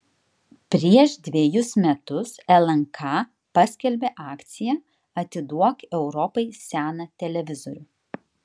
prieš dvejus metus lnk paskelbė akciją atiduok europai seną televizorių